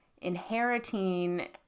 inheriting